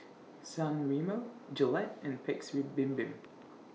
San Remo Gillette and Paik's Bibim